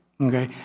Okay